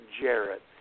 Jarrett